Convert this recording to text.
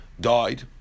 died